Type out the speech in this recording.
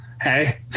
Hey